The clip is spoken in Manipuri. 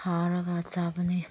ꯊꯥꯔꯒ ꯆꯥꯕꯅꯤ